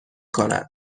کند